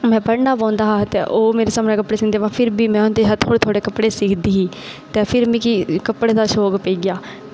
पर पढ़ना पौंदा हा ते ओह् मेरे सामनै कपड़े सीऐं ते फिर बी में थोह्ड़े थोह्ड़े कपड़े सींदी ही ते फिर मिगी कपड़े दा शौक पेई गेआ